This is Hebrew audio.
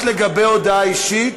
הבקשות לגבי הודעה אישית,